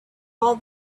all